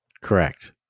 Correct